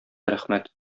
рәхмәт